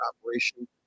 operation